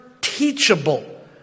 teachable